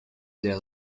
their